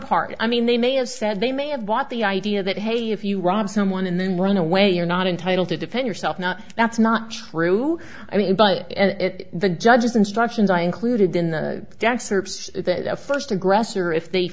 part i mean they may have said they may have bought the idea that hey if you rob someone and then run away you're not entitled to defend yourself not that's not true i mean but the judge's instructions are included in the first aggressor if they